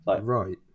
Right